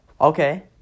okay